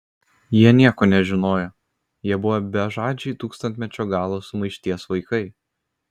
jie nieko nežinojo jie buvo bežadžiai tūkstantmečio galo sumaišties vaikai